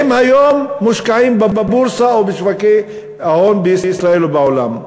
היום הם מושקעים בבורסה או בשוקי ההון בישראל ובעולם.